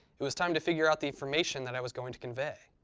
it was time to figure out the information that i was going to convey.